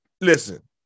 listen